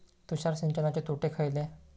तुषार सिंचनाचे तोटे खयले?